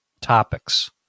topics